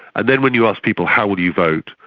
and then when you ask people how will you vote?